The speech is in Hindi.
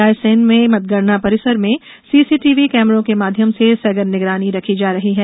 रायसेन में मतगणना परिसर में सीसीटीवी कैमरो के माध्यम से सघन निगरानी रखी जा रही है